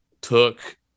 took